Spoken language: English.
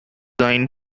design